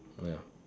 ya